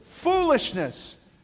Foolishness